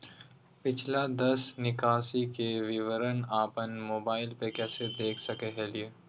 पिछला दस निकासी के विवरण अपन मोबाईल पे कैसे देख सके हियई?